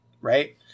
Right